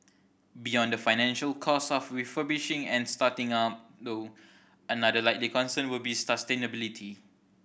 beyond the financial cost of refurbishing and starting up though another likely concern will be sustainability